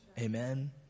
Amen